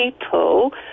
people